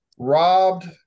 Robbed